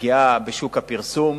פגיעה בשוק הפרסום,